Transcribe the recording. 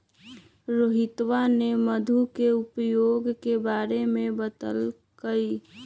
रोहितवा ने मधु के उपयोग के बारे में बतल कई